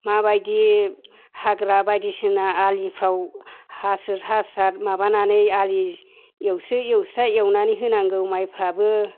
माबायदि हाग्रा बायदिसिना आलिफोराव हासार हासोर माबानानै आलि एवसो एवसो एवनानै होनांगौ माइफोराबो